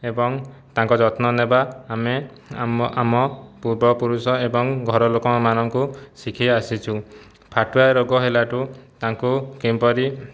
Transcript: ଏବଂ ତାଙ୍କ ଯତ୍ନନେବା ଆମେ ଆମ ଆମ ପୂର୍ବପୁରୁଷ ଏବଂ ଘର ଲୋକମାନଙ୍କୁ ଶିଖି ଆସିଛୁ ଫାଟୁଆ ରୋଗ ହେଲାଠାରୁ ତାଙ୍କୁ କିପରି